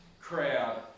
crowd